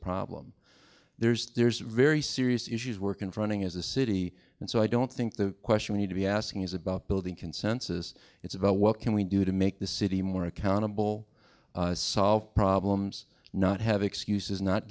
problem there's there's very serious issues we're confronting as a city and so i don't think the question we need to be asking is about building consensus it's about what can we do to make the city more accountable solve problems not have excuses not